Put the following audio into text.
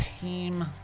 Team